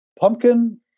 pumpkin